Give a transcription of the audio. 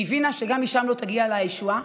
היא הבינה שגם משם לא תגיע אליה הישועה.